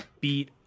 beat